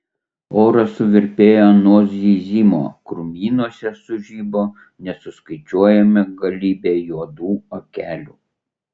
oras suvirpėjo nuo zyzimo krūmynuose sužibo nesuskaičiuojama galybė juodų akelių